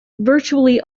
virtually